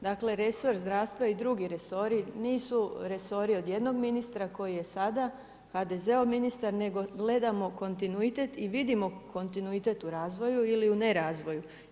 Dakle resor zdravstva i drugi resori nisu resori od jednog ministra koji je sada HDZ-ov ministar, nego gledamo kontinuitet i vidimo kontinuitet u razvoju ili u ne razvoju.